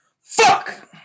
Fuck